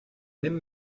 même